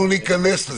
אנחנו ניכנס לזה.